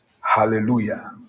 hallelujah